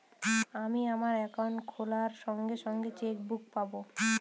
আমি আমার একাউন্টটি খোলার সঙ্গে সঙ্গে চেক বুক পাবো?